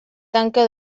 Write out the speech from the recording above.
tanca